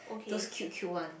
those cute cute one